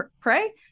pray